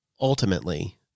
ultimately